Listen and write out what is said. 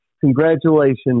congratulations